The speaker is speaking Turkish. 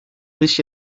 dış